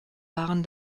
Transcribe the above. waren